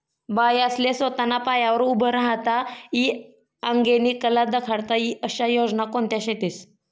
बायास्ले सोताना पायावर उभं राहता ई आंगेनी कला दखाडता ई आशा योजना कोणत्या शेतीस?